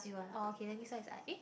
oh okay then this one is I eh